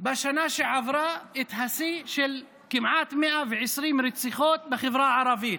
בשנה שעברה את השיא של כמעט 120 רציחות בחברה הערבית.